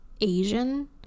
Asian